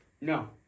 no